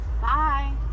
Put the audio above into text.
Bye